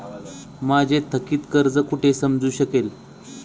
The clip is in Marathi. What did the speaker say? माझे थकीत कर्ज कुठे समजू शकेल?